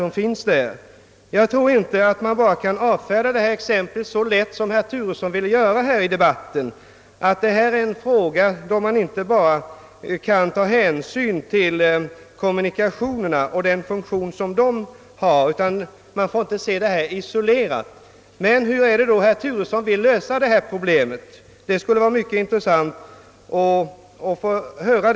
Man kan inte avfärda detta exempel så lätt som herr Turesson försöker här i debatten med att vi inte bara får tänka på kommunikationerna och deras funktion och att problemet inte får ses isolerat. Hur vill då herr Turesson lösa detta problem? Det skulle vara mycket intressant att få höra.